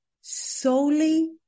solely